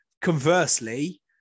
conversely